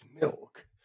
Milk